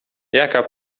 jaka